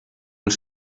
els